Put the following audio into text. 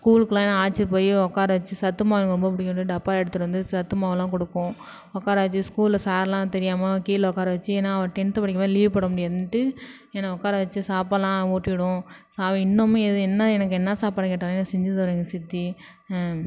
ஸ்கூலுக்கெலாம் என்னை அழைச்சிட்டு போய் உக்கார வச்சு சத்துமாவு எனக்கு ரொம்ப பிடிக்குன்னு டப்பாவில எடுத்துகிட்டு வந்து சத்து மாவுலாம் கொடுக்கும் உக்கார வச்சு ஸ்கூல்ல சார்லாம் தெரியாமல் கீழே உக்கார வச்சு நான் ஒரு டென்த் படிக்கும்போது லீவ் போட முடியாதுன்ட்டு என்ன உக்கார வச்சு சாப்பாட்லாம் ஊட்டி விடும் சா இன்னமும் எது என்ன எனக்கு என்ன சாப்பாடு கேட்டாலும் எனக்கு செஞ்சுத்தரும் எங்கள் சித்தி